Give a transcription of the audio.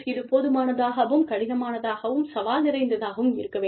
இது போதுமானதாகவும் கடினமானதாகவும் சவால் நிறைந்ததாகவும் இருக்க வேண்டும்